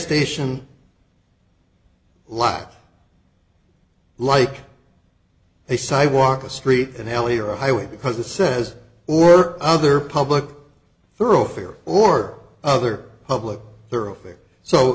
station life like a sidewalk a street an alley or a highway because the says or other public thoroughfare or other public thoroughfare so